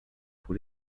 pour